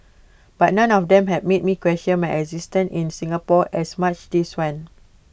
but none of them has made me question my existence in Singapore as much this one